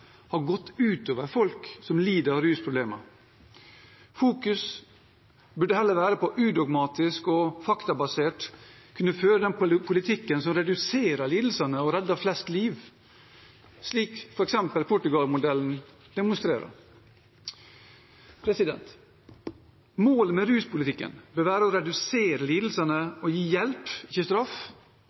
har gått ut over folk som lider av rusproblemer. Det bør heller fokuseres på det udogmatiske og faktabaserte og på å føre den politikken som reduserer lidelsene og redder flest liv, slik f.eks. Portugal-modellen demonstrerer. Målet med ruspolitikken bør være å redusere lidelsene og gi hjelp, ikke straff,